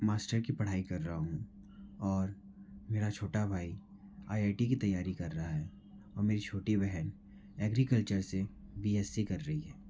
master की पढ़ाई कर रहा हूँ और मेरा छोटा भाई आई आई टी की तैयारी कर रहा है और मेरी छोटी बहन एग्रीकल्चर से बी एस सी कर रही है